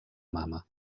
mama